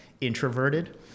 introverted